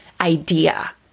idea